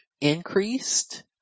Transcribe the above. increased